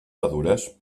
madures